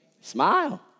Smile